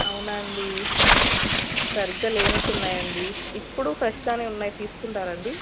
అవునా అండి సరిగ్గా లేనట్టు ఉన్నాయి అండి ఇప్పుడు ఫ్రెష్గానే ఉన్నాయి తీసుకుంటారా అండి